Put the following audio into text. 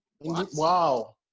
Wow